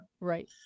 Right